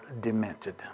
demented